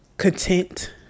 content